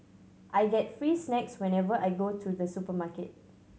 I get free snacks whenever I go to the supermarket